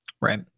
Right